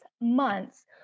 months